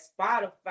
Spotify